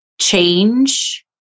change